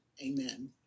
amen